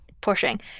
pushing